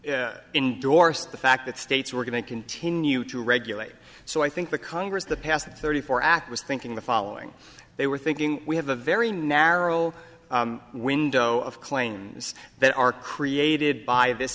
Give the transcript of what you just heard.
y indorsed the fact that states were going to continue to regulate so i think the congress the past thirty four act was thinking the following they were thinking we have a very narrow window of claims that are created by this